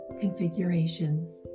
configurations